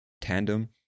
Tandem